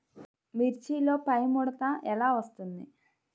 మిర్చిలో పైముడత ఎలా వస్తుంది?